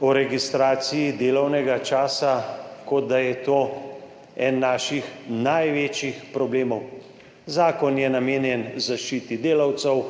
o registraciji delovnega časa, kot da je to eden naših največjih problemov. Zakon je namenjen zaščiti delavcev,